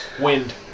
Wind